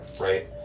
right